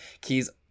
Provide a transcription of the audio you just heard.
Keys